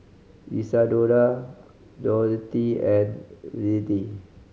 Isadora Dorothea and Reilly